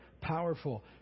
Powerful